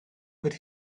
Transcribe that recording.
but